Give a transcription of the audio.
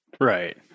Right